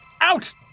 Out